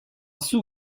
sous